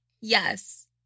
Yes